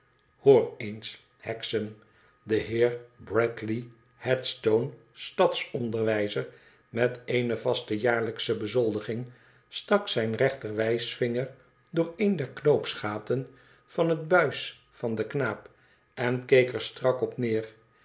hoor eens hexam de heer bradley headstone stadsonderwijzer met eene vaste jaarlijksche bezoldiging stak zijn rechterwijsvinger door een der knoopsgaten van het buis van den knaap en keek er strak op neer